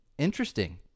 Interesting